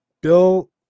Bill